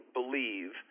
believe